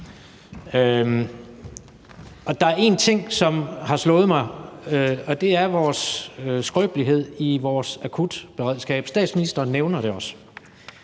Der er en ting, som har slået mig, og det er skrøbeligheden i vores akutberedskab. Statsministeren nævner det også.